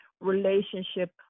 relationship